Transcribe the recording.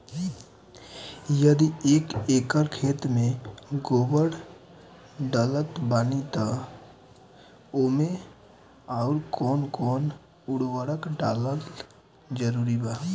यदि एक एकर खेत मे गोबर डालत बानी तब ओमे आउर् कौन कौन उर्वरक डालल जरूरी बा?